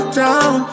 down